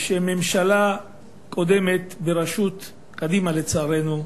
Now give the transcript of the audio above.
שממשלה קודמת, בראשות קדימה, לצערנו,